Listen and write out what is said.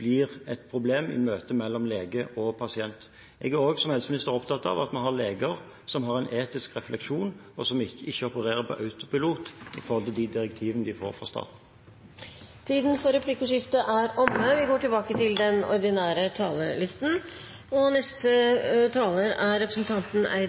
blir et problem i møte mellom lege og pasient. Jeg er også som helseminister opptatt av at vi har leger som har en etisk refleksjon, og som ikke opererer på autopilot i forhold til de direktivene de får fra staten. Replikkordskiftet er omme. Arbeiderpartiets visjon er en rettferdig verden uten fattigdom og i fred, der menneskene er frie,